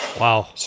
Wow